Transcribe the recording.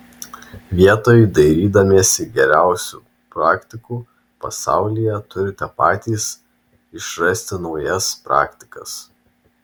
vietoj dairydamiesi geriausių praktikų pasaulyje turite patys išrasti naujas praktikas